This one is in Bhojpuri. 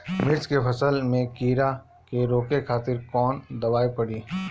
मिर्च के फसल में कीड़ा के रोके खातिर कौन दवाई पड़ी?